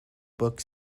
book